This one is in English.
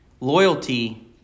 Loyalty